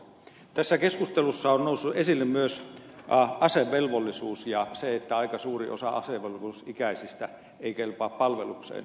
tässä keskustelussa on noussut esille myös asevelvollisuus ja se että aika suuri osa asevelvollisuusikäisistä ei kelpaa palvelukseen